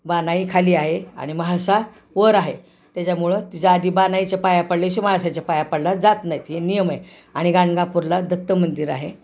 बानाई खाली आहे आणि म्हाळसा वर आहे त्याच्यामुळं तिच्या आधी बानाईचे पाया पडले शि म्हाळसेच्या पाया पडला जात नाहीत हे नियम आहे आणि गाणगापूरला दत्त मंदिर आहे